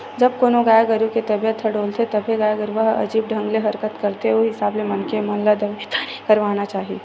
जब कोनो गाय गरु के तबीयत ह डोलथे तभे गाय गरुवा ह अजीब ढंग ले हरकत करथे ओ हिसाब ले मनखे मन ल दवई पानी करवाना चाही